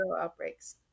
outbreaks